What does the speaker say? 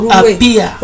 appear